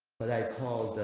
but i called.